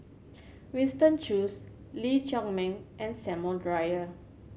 Winston Choos Lee Chiaw Meng and Samuel Dyer